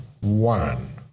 one